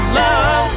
love